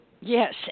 yes